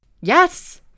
Yes